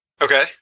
okay